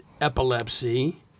epilepsy